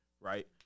right